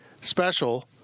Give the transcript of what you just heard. special